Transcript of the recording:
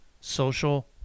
social